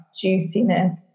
juiciness